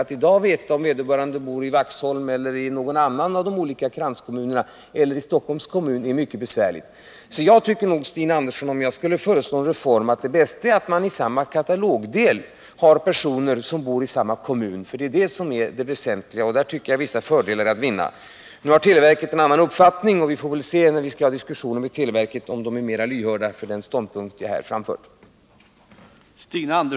Att i dag veta om vederbörande bor i Vaxholm eller i någon annan av de olika kranskommunerna eller i Stockholms kommun är mycket besvärligt. Jag tycker nog, Stina Andersson, att det bästa vore att man i samma katalogdel